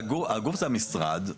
הגוף זה המשרד,